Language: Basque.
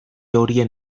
horien